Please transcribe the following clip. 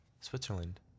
Switzerland